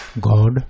God